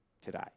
today